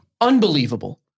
unbelievable